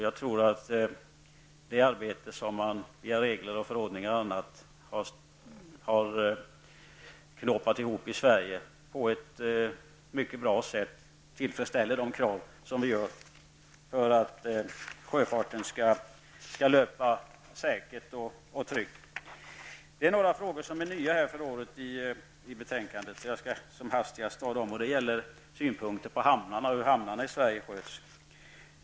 Jag tror att arbetet med regleringar, förordningar osv. har knopats ihop i Sverige på ett bra sätt, som tillfredsställer de krav som ställs för att sjöfarten skall löpa säkert och tryggt. Det finns några frågor som är nya för året i betänkandet. Jag skall som hastigast gå igenom dem. Det gäller synpunkter på hamnarna i Sverige och hur de sköts.